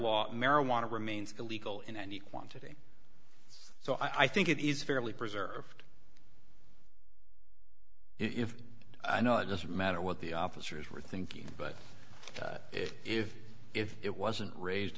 law marijuana remains illegal in any quantity so i think it is fairly preserved if i know it doesn't matter what the officers were thinking but if if it wasn't raised